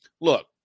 Look